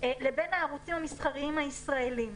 לבין הערוצים המסחריים הישראלים.